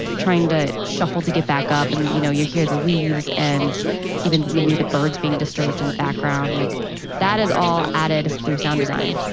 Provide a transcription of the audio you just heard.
trying to shuffle to get back up. and you know you hear the leaves and even maybe the birds being disturbed in the background, like that is all added through sound design